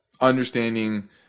understanding